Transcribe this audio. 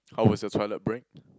how was your toilet break